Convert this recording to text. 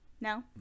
No